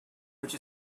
which